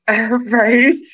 Right